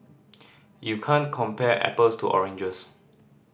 you can't compare apples to oranges